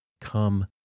come